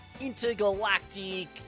intergalactic